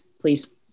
please